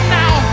now